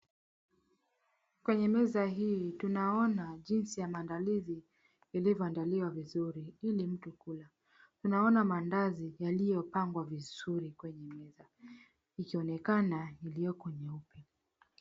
Kwenye meza hii tunaona jinsi ya maandalizi yalivyoandaliwa vizuri ili mtu kula tunaona maandazi yaliyopangwa vizuri kwenye meza ikionekana iliyoko nyeupe.